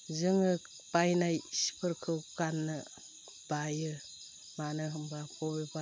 जोङो बायनाय सिफोरखौ गाननो बायो मानो होमबा अबेबा दखानाव